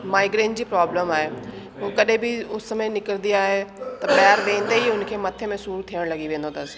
migraine जी problem आहे हूअ कॾहिं बि उस में निकिरंदी आहे त ॿाहिरि वेंदे ई हुनखे मथे में सूर थियण लॻी वेंदो अथस